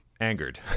angered